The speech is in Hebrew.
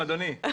כמה פעמים.